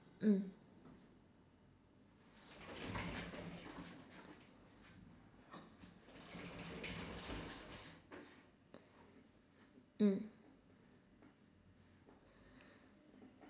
mm mm